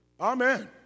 Amen